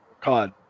COD